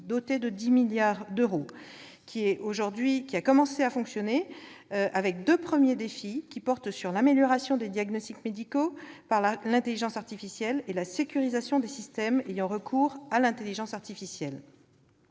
doté de 10 milliards d'euros. Ce fonds a commencé à fonctionner, avec deux premiers défis qui portent sur l'amélioration des diagnostics médicaux par l'intelligence artificielle et la sécurisation des systèmes ayant recours à l'intelligence artificielle.